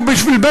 בשביל מי הדירה?